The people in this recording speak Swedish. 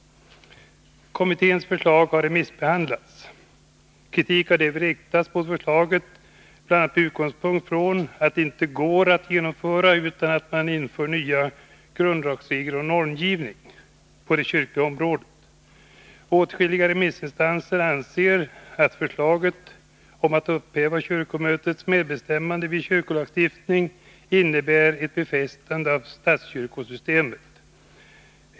Kommitténs förslag har remissbehandlats. Kritik har därvid riktats mot förslaget bl.a. med utgångspunkt i att det inte går att genomföra utan att man inför nya grundlagsregler om normgivning på det kyrkliga området. Åtskilliga remissinstanser anser att förslaget om att upphäva kyrkomötets medbestämmande vid kyrkolagstiftning innebär ett befästande av statskyrkosystemet.